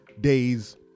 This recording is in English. days